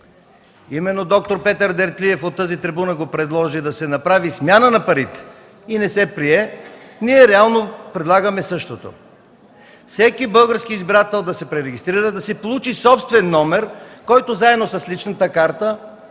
д-р Петър Дертлиев от тази трибуна предложи да се направи – смяна на парите, и не се прие, сега реално предлагаме същото. Всеки български избирател да се пререгистрира, да си получи собствен номер – заедно с личната карта